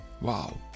Wow